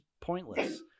pointless